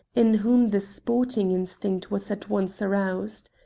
in whom the sporting instinct was at once aroused.